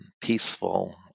peaceful